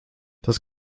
das